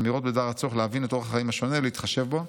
אמירות בדבר הצורך להבין את אורח החיים השונה ולהתחשב בו,